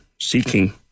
seeking